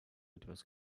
etwas